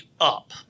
up